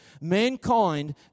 Mankind